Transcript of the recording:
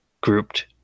grouped